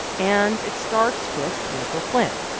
and it starts with michael flynn.